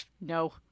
No